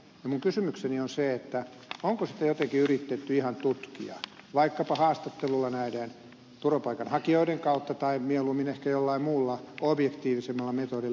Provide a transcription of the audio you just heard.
minun kysymykseni on se onko sitä jotenkin yritetty ihan tutkia vaikkapa haastattelulla näiden turvapaikanhakijoiden kautta tai mieluummin ehkä jollain muulla objektiivisemmalla metodilla